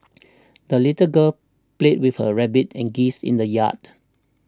the little girl played with her rabbit and geese in the yard